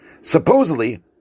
Supposedly